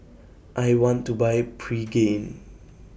I want to Buy Pregain